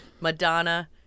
Madonna